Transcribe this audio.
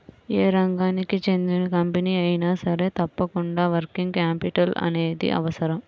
యే రంగానికి చెందిన కంపెనీ అయినా సరే తప్పకుండా వర్కింగ్ క్యాపిటల్ అనేది అవసరం